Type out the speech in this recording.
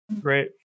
Great